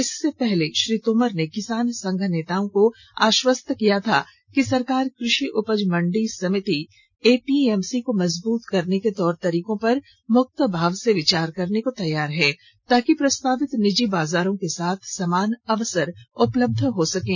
इससे पहले श्री तोमर ने किसान संघ नेताओं को आश्वस्त किया था कि सरकार कृषि उपज मंडी समिति एपीएमसी को मजबूत करने के तौर तरीकों पर मुक्त भाव से विचार करने को तैयार है ताकि प्रस्तावित निजी बाजारों के साथ समान अवसर उपलब्ध हो सकें